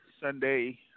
Sunday